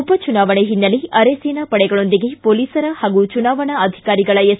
ಉಪಚುನಾವಣೆ ಹಿನ್ನೆಲೆ ಅರೆಸೇನಾ ಪಡೆಗಳೊಂದಿಗೆ ಪೊಲೀಸರ ಹಾಗೂ ಚುನಾವಣಾ ಅಧಿಕಾರಿಗಳ ಎಸ್